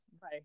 Bye